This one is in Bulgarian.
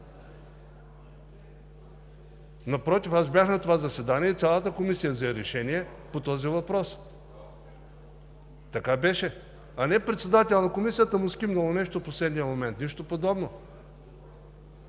Напротив! Аз бях на това заседание и цялата Комисия взе решение по този въпрос. Така беше, а не на председателя на Комисията му скимнало нещо в последния момент – нищо подобно!